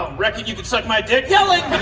reckon you can suck my dick? yelling.